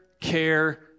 care